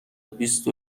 بیست